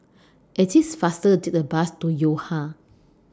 IT IS faster Take The Bus to Yo Ha